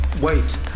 Wait